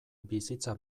bizitza